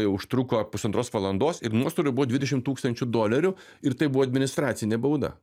užtruko pusantros valandos ir nuostolių buvo dvidešimt tūkstančių dolerių ir tai buvo administracinė bauda